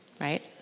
right